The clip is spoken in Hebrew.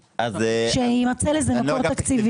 שיימצא לזה מקור תקציבי.